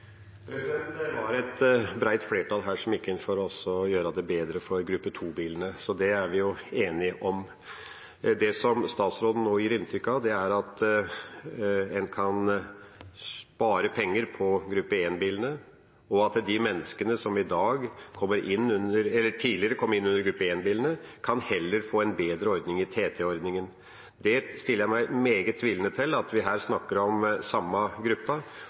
Det var et bredt flertall som gikk inn for å gjøre det bedre for gruppe 2-bilene. Det er vi enige om. Det som statsråden nå gir inntrykk av, er at en kan spare penger på gruppe 1-bilene, og at de menneskene som tidligere kom inn under gruppe 1-bilene, kan få en bedre ordning under TT-ordningen. Jeg stiller meg meget tvilende til at vi her snakker om samme